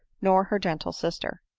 nor her gentle sister.